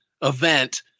event